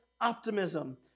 optimism